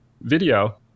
video